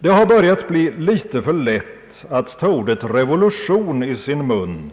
Det har börjat bli litet för lätt att ta ordet revolution i sin mun,